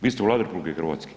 Vi ste u Vladi RH?